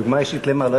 דוגמה אישית למה?